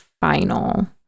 final